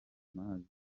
mazi